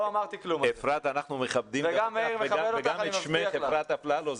אנחנו מכבדים אותך וגם את שמך אפרת אפללו,